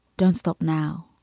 don't stop now